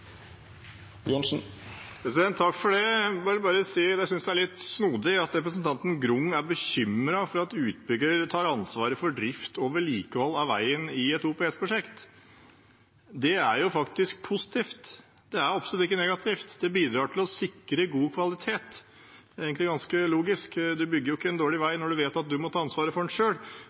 Johnsen har hatt ordet to gonger tidlegare og får ordet til ein kort merknad, avgrensa til 1 minutt. Jeg vil bare si at jeg synes det er litt snodig at representanten Grung er bekymret for at utbyggere tar ansvaret for drift og vedlikehold av veien i et OPS-prosjekt. Det er faktisk positivt, det er absolutt ikke negativt, det bidrar til å sikre god kvalitet. Det er egentlig ganske logisk. Du bygger jo ikke en dårlig vei når du vet at du